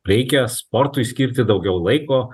reikia sportui skirti daugiau laiko